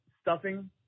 stuffing